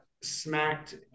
smacked